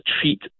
treat